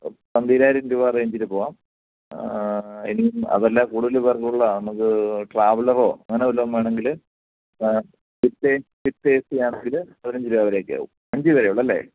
പന്തീരായിരം രൂപ ആ റേഞ്ചിൽ പോവാം ഇനിയും അതല്ല കൂടുതൽ പേർക്കുള്ള നമുക്ക് ട്രാവലറോ അങ്ങനെ വല്ലതും വേണമെങ്കിൽ വിത്ത് വിത്ത് ഏ സി ആണെങ്കിൽ പതിനഞ്ച് രൂപ വരെയൊക്കെ ആവും അഞ്ചു പേരെ ഉള്ളു അല്ലേ